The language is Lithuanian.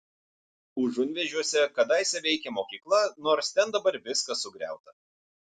užunvėžiuose kadaise veikė mokykla nors ten dabar viskas sugriauta